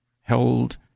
held